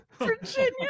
Virginia